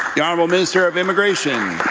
the honourable minister of immigration.